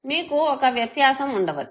మీకు ఒక వ్యత్యాసం ఉండవచ్చు